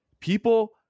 People